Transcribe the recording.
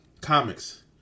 comics